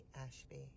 Ashby